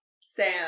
Sam